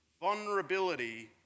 vulnerability